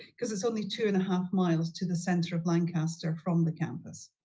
because it's only two and a half miles to the center of lancaster from the campus.